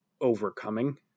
overcoming